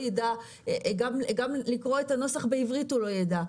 גם לקרוא את הנוסח בעברית הוא לא ידע.